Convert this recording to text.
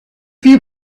few